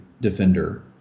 Defender